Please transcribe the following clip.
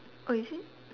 oh is it